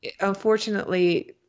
unfortunately